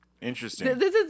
Interesting